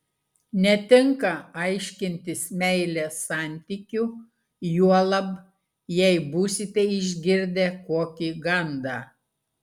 netinka aiškintis meilės santykių juolab jei būsite išgirdę kokį gandą